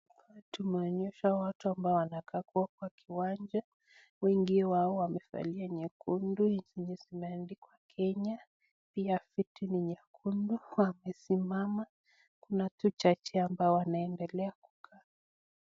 Tunaonyeshwa watu ambao wamekaa kwa kiwanja ,wengi wao wamevalia nyekundu zenye zimeandikwa Kenya pia viti ni nyekundu , wamesimama kuna watu chache ambao wanaendelea kukaa.